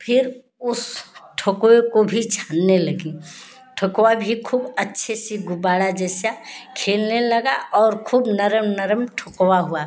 फिर उस ठोकवे को भी छानने लगी ठोकवा भी खूब अच्छे से गुब्बारा जैसा खेलने लगा और खुब नर्म नर्म ठुकवा हुआ